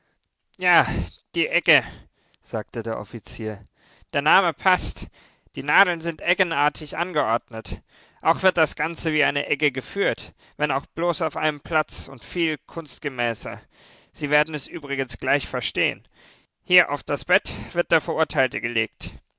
ja die egge sagte der offizier der name paßt die nadeln sind eggenartig angeordnet auch wird das ganze wie eine egge geführt wenn auch bloß auf einem platz und viel kunstgemäßer sie werden es übrigens gleich verstehen hier auf das bett wird der verurteilte gelegt